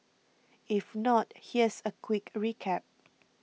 if not here's a quick recap